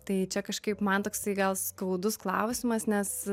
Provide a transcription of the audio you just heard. tai čia kažkaip man toksai gal skaudus klausimas nes